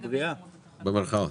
במירכאות.